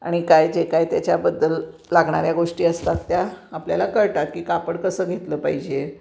आणि काय जे काय त्याच्याबद्दल लागणाऱ्या गोष्टी असतात त्या आपल्याला कळतात की कापड कसं घेतलं पाहिजे